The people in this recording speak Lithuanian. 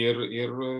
ir ir